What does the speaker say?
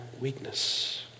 weakness